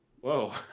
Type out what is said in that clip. Whoa